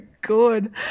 good